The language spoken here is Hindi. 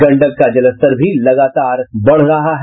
गंडक का जलस्तर भी लगातार बढ़ रहा है